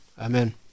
amen